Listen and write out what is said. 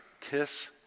kiss